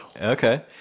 Okay